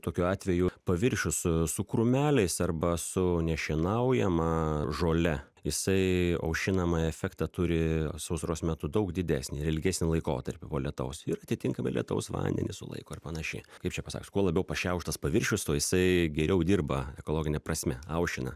tokiu atveju paviršius su krūmeliais arba su nešienaujama žole jisai aušinamą efektą turi sausros metu daug didesnį ir ilgesnį laikotarpį po lietaus ir atitinkamai lietaus vandenį sulaiko ir panašiai kaip čia pasakius kuo labiau pašiauštas paviršius tuo jisai geriau dirba ekologine prasme aušina